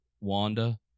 Wanda